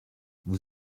vous